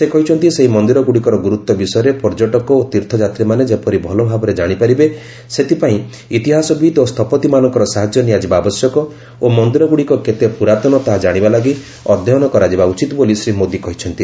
ସେ କହିଛନ୍ତି ସେହି ମନ୍ଦିରଗୁଡ଼ିକର ଗୁରୁତ୍ୱ ବିଷୟରେ ପର୍ଯ୍ୟଟକ ଓ ତୀର୍ଥଯାତ୍ରୀମାନେ ଯେପରି ଭଲଭାବରେ କାଶିପାରିବେ ସେଥିପାଇଁ ଇତିହାସବିତ୍ ଓ ସ୍ଥପତିମାନଙ୍କର ସାହାଯ୍ୟ ନିଆଯିବା ଆବଶ୍ୟକ ଓ ମନ୍ଦିରଗୁଡ଼ିକ କେତେ ପୁରାତନ ତାହା କାଶିବା ଲାଗି ଅଧ୍ୟୟନ କରାଯିବା ଉଚିତ ବୋଲି ଶ୍ରୀ ମୋଦି କହିଛନ୍ତି